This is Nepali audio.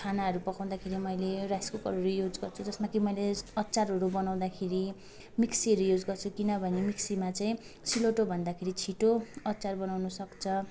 खानाहरू पकाउँदाखेरि मैले राइस कुकरहरू युज गर्छु जसमा कि मैले अचारहरू बनाउँदाखेरि मिक्सीहरू युज गर्छु किनभने मिक्सीमा चाहिँ सिलौटो भन्दाखेरि छिटो अचार बनाउनु सक्छ